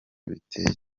biteye